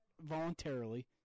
voluntarily